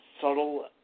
subtle